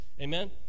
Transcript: Amen